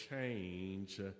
change